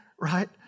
right